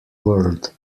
world